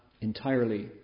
entirely